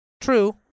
True